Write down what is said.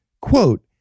quote